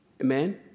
Amen